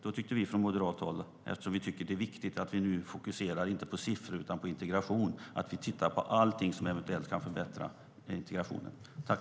Då tyckte vi från moderat håll, eftersom vi tycker att det är viktigt att vi nu inte fokuserar på siffror utan på integration, att vi skulle titta på allting som eventuellt kan förbättra integrationen.